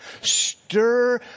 Stir